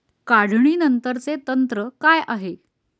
काढणीनंतरचे तंत्र काय आहे?